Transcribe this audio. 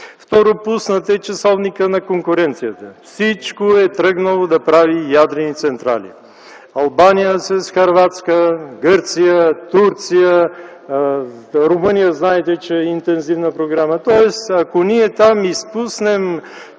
Второ, пуснат е часовникът на конкуренцията. Всичко е тръгнало да прави ядрени централи – Албания с Хърватска, Гърция, Турция, Румъния знаете, че има интензивна програма. Тоест, ако ние там изпуснем